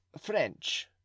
French